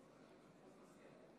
נציגויות